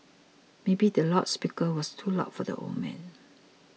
maybe the loud speaker was too loud for the old man